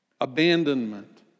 abandonment